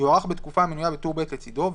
יוארך בתקופה המנויה בטור ב' לצדו,